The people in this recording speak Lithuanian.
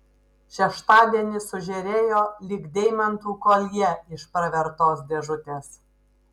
šeštadienis sužėrėjo lyg deimantų koljė iš pravertos dėžutės